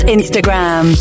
Instagram